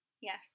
yes